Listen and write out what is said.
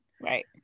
right